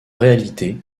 réalité